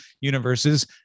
universes